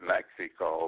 Mexico